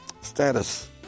status